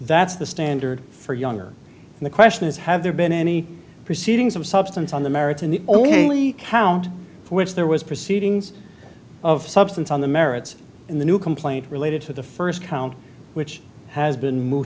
that's the standard for younger the question is have there been any proceedings of substance on the merits and the only count for which there was proceedings of substance on the merits in the new complaint related to the first count which has been mo